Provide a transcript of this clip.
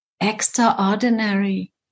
extraordinary